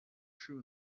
true